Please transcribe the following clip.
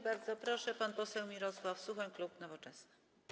Bardzo proszę, pan poseł Mirosław Suchoń, klub Nowoczesna.